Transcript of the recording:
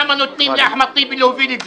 למה נותנים לאחמד טיבי להוביל את זה.